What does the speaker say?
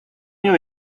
años